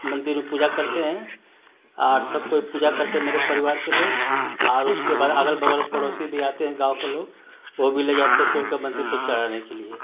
मंदिर में पूजा करते हैं और सब कोई पूजा करते हैं मेरे परिवार के लोग आर उसके बाद अगल बगल पड़ोसी भी आते हैं गाँव के लोग वो भी ले जाते हैं तोड़कर मंदिर पर चढ़ाने के लिए